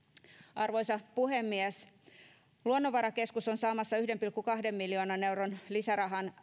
arvoisa puhemies luonnonvarakeskus on saamassa yhden pilkku kahden miljoonan euron lisärahan